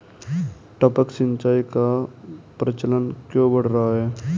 टपक सिंचाई का प्रचलन क्यों बढ़ रहा है?